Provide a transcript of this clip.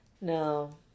No